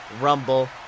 Rumble